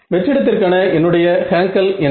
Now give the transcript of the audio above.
வெற்றிடத்திற்கான என்னுடைய ஹேங்கல் என்ன